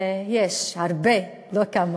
יש הרבה, לא כמה.